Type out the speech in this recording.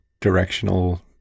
directional